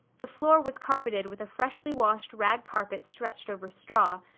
the floor was carpeted with a freshly washed rag carpet stretched over straw,